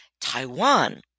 Taiwan